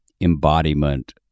embodiment